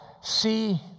see